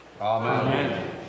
Amen